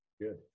Good